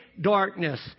darkness